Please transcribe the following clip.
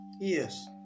Yes